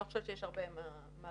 אני לא חושבת שיש עוד מה להוסיף.